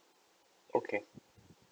okay